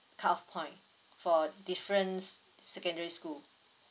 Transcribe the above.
cutoff point for difference secondary school